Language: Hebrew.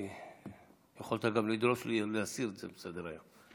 כי יכולת גם לדרוש להסיר את זה מסדר-היום.